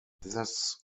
this